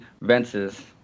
Vences